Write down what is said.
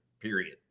period